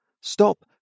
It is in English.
Stop